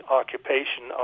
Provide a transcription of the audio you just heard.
occupation